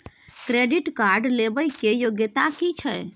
Credit card लेबै के योग्यता कि छै?